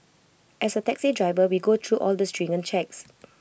as A taxi driver we go through all the stringent checks